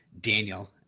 Daniel